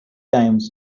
times